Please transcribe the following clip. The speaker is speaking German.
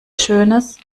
schönes